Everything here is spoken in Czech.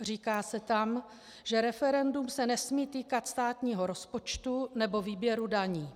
Říká se tam, že referendum se nesmí týkat státního rozpočtu nebo výběru daní.